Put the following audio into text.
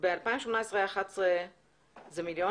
ב-2018 היו 11 מיליונים